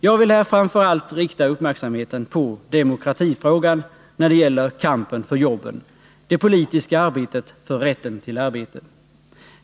Jag vill här framför allt rikta uppmärksamheten på demokratifrågan när det gäller kampen för jobben, det politiska arbetet för rätten till arbete.